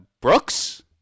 Brooks